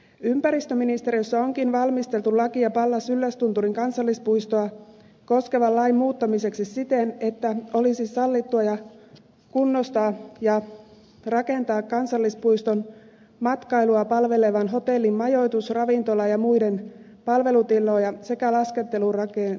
ympäristöministeriössä onkin valmisteltu lakia pallas yllästunturin kansallispuistoa koskevan lain muuttamiseksi siten että olisi sallittua kunnostaa ja rakentaa kansallispuiston matkailua palvelevan hotellin majoitus ravintola ja muita palvelutiloja sekä laskettelurakennelmia